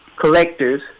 collectors